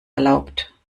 erlaubt